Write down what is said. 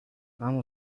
اما